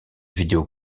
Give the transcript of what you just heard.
vidéo